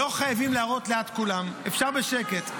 לא חייבים להראות ליד כולם, אפשר בשקט.